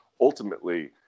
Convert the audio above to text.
ultimately